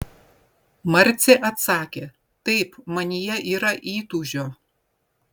marcė atsakė taip manyje yra įtūžio